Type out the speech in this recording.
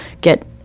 get